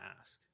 ask